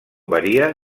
varia